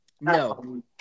No